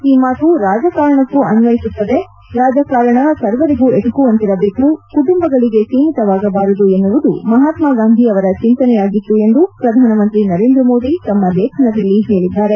ಈ ಮಾತು ರಾಜಕಾರಣಕ್ಕೂ ಅನ್ವಯುಸುತ್ತದೆ ರಾಜಕಾರಣ ಸರ್ವರಿಗೂ ಎಟುಕುವಂತಿರಬೇಕು ಕುಟುಂಬಗಳಿಗೆ ಸೀಮಿತವಾಗಬಾರದು ಎನ್ನುವುದು ಮಹಾತ್ನ ಗಾಂಧಿ ಅವರ ಚಿಂತನೆಯಾಗಿತ್ತು ಎಂದು ಪ್ರಧಾನಮಂತ್ರಿ ನರೇಂದ್ರ ಮೋದಿ ತಮ್ಮ ಲೇಖನದಲ್ಲಿ ಹೇಳಿದ್ದಾರೆ